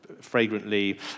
fragrantly